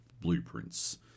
blueprints